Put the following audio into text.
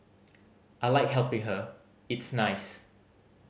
I like helping her it's nice